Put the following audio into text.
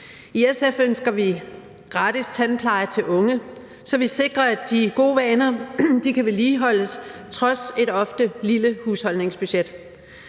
I SF ønsker vi gratis tandpleje til unge, så vi sikrer, at de gode vaner kan vedligeholdes trods et ofte lille husholdningsbudget.